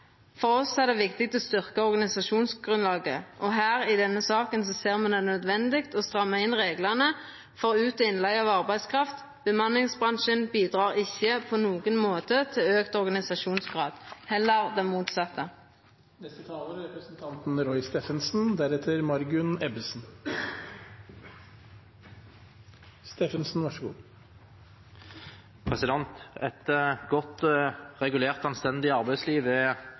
For oss er det viktig å styrkja organisasjonsgrunnlaget, og i denne saka ser vi at det er nødvendig å stramma inn reglane for ut- og innleige av arbeidskraft. Bemanningsbransjen bidreg ikkje på nokon måte til auka organisasjonsgrad, heller det motsette. Et godt regulert og anstendig arbeidsliv er